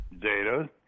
data